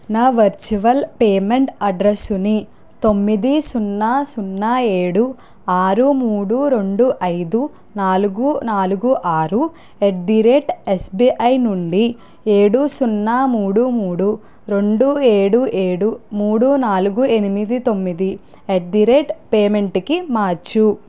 నా virtual payment అడ్రెస్సుని తొమ్మిది సున్నా సున్నా ఏడు ఆరు మూడు రెండు ఐదు నాలుగు నాలుగు ఆరు అట్ ది రేట్ ఎస్బీఐ నుండి ఏడు సున్నా మూడు మూడు రెండు ఏడు ఏడు మూడు నాలుగు ఎనిమిది తొమ్మిది అట్ ది రేట్ పేమెంట్కి మార్చు